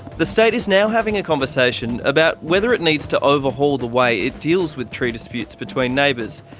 the state is now having a conversation about whether it needs to overhaul the way it deals with tree disputes between neighbours,